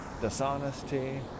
dishonesty